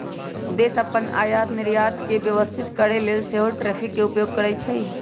देश अप्पन आयात निर्यात के व्यवस्थित करके लेल सेहो टैरिफ के उपयोग करइ छइ